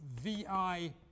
VI